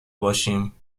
باشیم